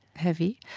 heavy,